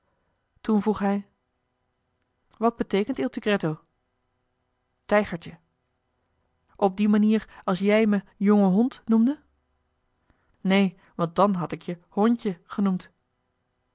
vroeg hij wat beteekent il tigretto tijgertje op die manier als jij me jonge hond noemde neen want dan had ik je hondje genoemd